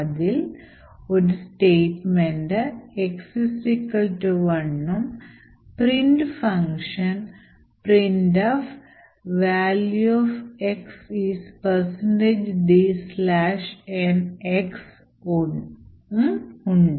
അതിൽ ഒരു statement x1 ഉം print function printf"Value of X is dn"x ഉം ഉണ്ട്